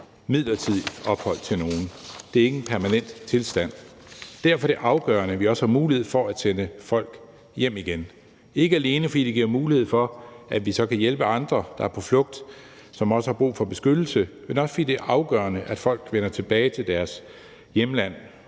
midlertidigt ophold til nogle. Det er ikke en permanent tilstand. Derfor er det afgørende, at vi også har mulighed for at sende folk hjem igen – ikke alene fordi det giver mulighed for, at vi så kan hjælpe andre, der er på flugt, som også har brug for beskyttelse, men også fordi det er afgørende, at folk vender tilbage til deres hjemland.